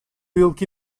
yılki